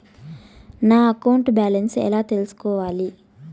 నా account balance ఎలా తెల్సుకోవాలి